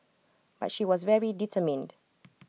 but she was very determined